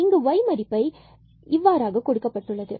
இங்கு y மதிப்பு 32 இவ்வாறாக எடுக்கப்பட்டுள்ளது